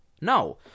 No